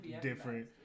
different